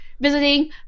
visiting